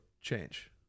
change